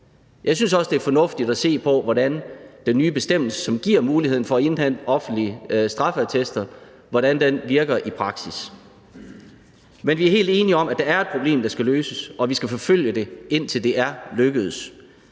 Jeg synes også, det er fornuftigt at se på, hvordan den nye bestemmelse, som giver mulighed for at indhente offentlige straffeattester, virker i praksis. Men vi er helt enige i, at der er et problem, der skal løses, og at vi skal forfølge det, indtil det er lykkedes.